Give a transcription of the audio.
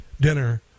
dinner